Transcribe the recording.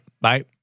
Bye